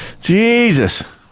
Jesus